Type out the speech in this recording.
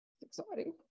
Exciting